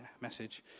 message